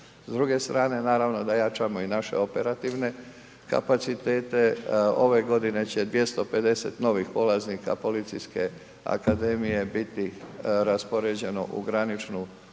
S druge strane naravno da jačamo i naše operativne kapacitete. Ove godine će 250 novih polaznika Policijske akademije biti raspoređeno u graničnu